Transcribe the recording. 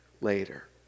later